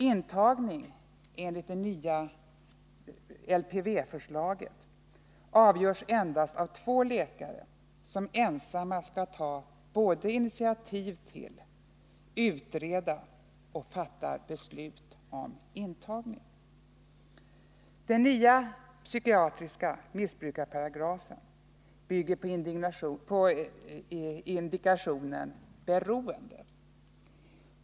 Intagning enligt det nya LPV-förslaget avgörs av endast två läkare, som ensamma skall såväl ta initiativ till som utreda och fatta beslut om intagning. Den nya psykiatriska missbrukarparagrafen bygger på indikationen ”beroende”.